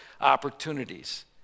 opportunities